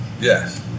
Yes